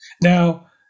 now